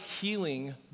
healing